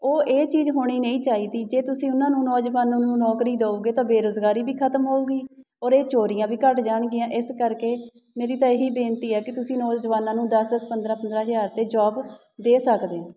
ਉਹ ਇਹ ਚੀਜ਼ ਹੋਣੀ ਨਹੀਂ ਚਾਹੀਦੀ ਜੇ ਤੁਸੀਂ ਉਹਨਾਂ ਨੂੰ ਨੌਜਵਾਨਾਂ ਨੂੰ ਨੌਕਰੀ ਦਿਉਗੇ ਤਾਂ ਬੇਰੁਜ਼ਗਾਰੀ ਵੀ ਖਤਮ ਹੋਊਗੀ ਔਰ ਇਹ ਚੋਰੀਆਂ ਵੀ ਘੱਟ ਜਾਣਗੀਆਂ ਇਸ ਕਰਕੇ ਮੇਰੀ ਤਾਂ ਇਹੀ ਬੇਨਤੀ ਹੈ ਕਿ ਤੁਸੀਂ ਨੌਜਵਾਨਾਂ ਨੂੰ ਦਸ ਦਸ ਪੰਦਰਾਂ ਪੰਦਰਾਂ ਹਜ਼ਾਰ 'ਤੇ ਜੋਬ ਦੇ ਸਕਦੇ ਆ